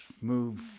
move